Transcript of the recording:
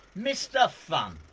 mister funn!